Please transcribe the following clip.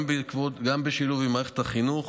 גם בשילוב עם מערכת החינוך,